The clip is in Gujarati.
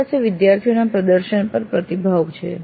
આપણી પાસે વિદ્યાર્થીઓન પ્રદર્શન પર પણ પ્રતિભાવ છે